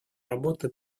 работы